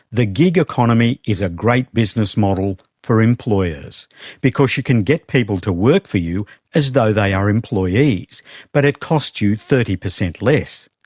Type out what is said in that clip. the gig economy is a great business model for employers because you can get people to work for you as though they are employees but it costs you thirty percent less.